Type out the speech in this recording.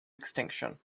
extinction